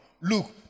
Look